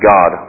God